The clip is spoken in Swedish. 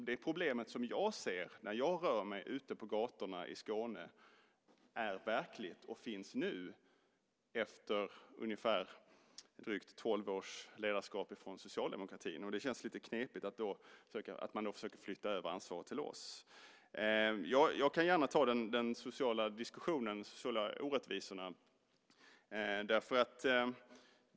De problem jag ser när jag rör mig på gatorna i Skåne är verklighet; de finns efter drygt tolv års socialdemokratiskt ledarskap. Då känns det lite knepigt att man försöker flytta över ansvaret på oss. Jag kan gärna ta den sociala diskussionen vad gäller orättvisorna.